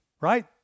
right